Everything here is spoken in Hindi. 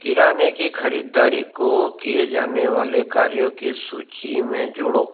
किराने की ख़रीदारी को किए जाने वाले कार्योँ के सूची में जोड़ो